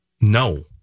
No